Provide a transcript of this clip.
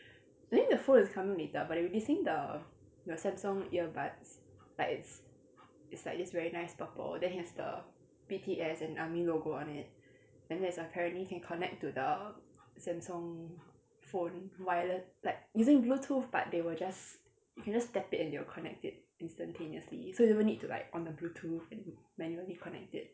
I think the phone is coming later but they releasing the the samsung earbuds like it's it's like this very nice purple then it has the B_T_S and army logo on it then there's apparently you can connect to the samsung phone wireless like using bluetooth but they will just you can just tap it and they will connect it instantaneously so you don't even need to like on the bluetooth and manually connect it